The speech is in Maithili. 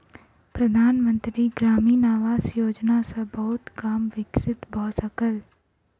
प्रधान मंत्री ग्रामीण आवास योजना सॅ बहुत गाम विकसित भअ सकल